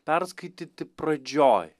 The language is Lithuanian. perskaityti pradžioj